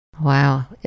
Wow